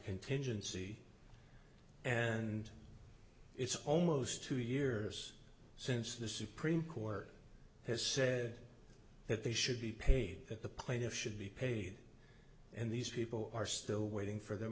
contingency and it's almost two years since the supreme court has said that they should be paid at the plaintiff should be paid and these people are still waiting for their